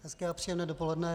Hezké a příjemné dopoledne.